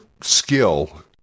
skill